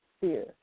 fear